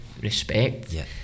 respect